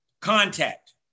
contact